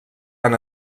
han